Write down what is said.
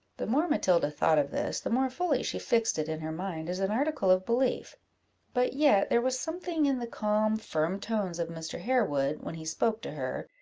the more matilda thought of this, the more fully she fixed it in her mind as an article of belief but yet there was something in the calm, firm tones of mr. harewood, when he spoke to her,